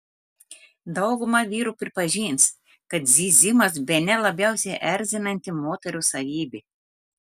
dauguma vyrų pripažins kad zyzimas bene labiausiai erzinanti moterų savybė